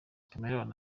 chameleone